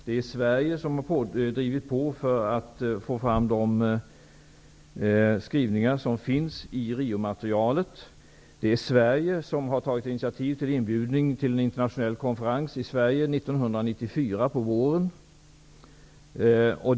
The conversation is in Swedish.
Det är Sverige som har drivit på för att få fram de skrivningar som finns i Riomaterialet. Det är Sverige som har tagit initiativ till en inbjudan till en internationell konferens i Sverige under våren 1994.